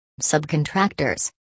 Subcontractors